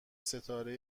ستاره